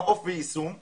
מעוף ויישום,